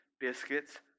Biscuits